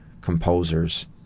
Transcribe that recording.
composers